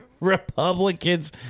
Republicans